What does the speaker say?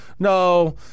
no